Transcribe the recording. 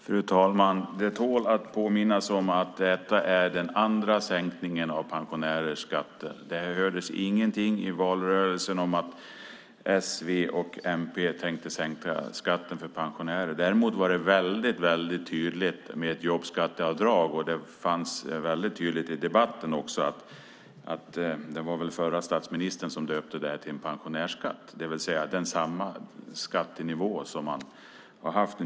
Fru talman! Det tål att påminnas om att detta är den andra sänkningen av pensionärers skatter. Det hördes ingenting i valrörelsen om att s, v och mp tänkte sänka skatten för pensionärer. Däremot var det väldigt tydligt med jobbskatteavdrag. Det var också tydligt i debatten, och det var väl förra statsministern som döpte det till en pensionärsskatt, att det var samma skattenivå som man har haft.